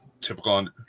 typical